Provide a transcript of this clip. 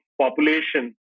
population